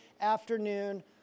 afternoon